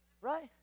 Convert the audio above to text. Right